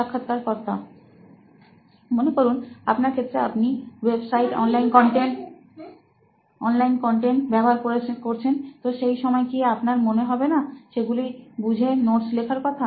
সাক্ষাৎকারকর্তা মনে করুন আপনার ক্ষেত্রে আপনি ওয়েবসাইট অনলাইন কন্টেন্ট ব্যবহার করছেন তো সেই সময় কি আপনার মনে হবেনা সেগুলোকে বুঝে নোটস লেখার কথা